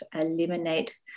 eliminate